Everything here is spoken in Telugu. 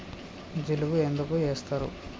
జిలుగు ఎందుకు ఏస్తరు?